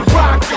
rock